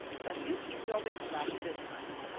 but you keep your wits about you this time.